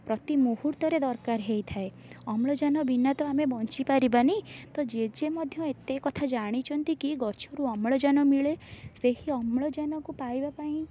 ପ୍ରତି ମୁହୂର୍ତ୍ତରେ ଦରକାର ହେଇଥାଏ ଅମ୍ଳଜାନ ବିନା ତ ଆମେ ବଞ୍ଚି ପାରିବାନି ତ ଜେଜେ ମଧ୍ୟ ଏତେ କଥା ଜାଣିଛନ୍ତି କି ଗଛରୁ ଅମ୍ଳଜାନ ମିଳେ ସେହି ଅମ୍ଳଜାନକୁ ପାଇବା ପାଇଁ